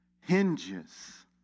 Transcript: hinges